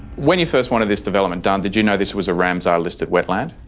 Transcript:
when you first wanted this development done, did you know this was a ramsar-listed wetland?